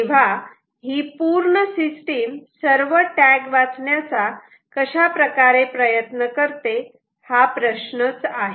तेव्हा ही पूर्ण सिस्टीम सर्व टॅग वाचण्याचा कशाप्रकारे प्रयत्न करते हा प्रश्नच आहे